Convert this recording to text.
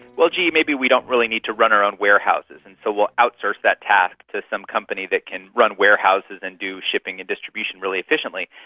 well gee, maybe we don't really need to run around warehouses and so we'll outsource that task to some company that can run warehouses and do shipping and distribution really efficiently.